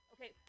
Okay